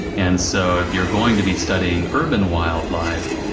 and so, if you're going to be studying urban wildlife,